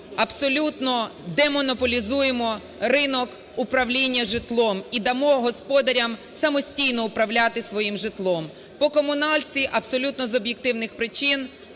абсолютно демонополізуємо ринок управління житлом і дамо господарям самостійно управляти своїм житлом. По комуналці. Абсолютно з об'єктивних причин,